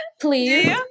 please